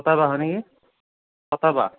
কটা বাঁহৰ নে কি কটা বাঁহ